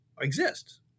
exist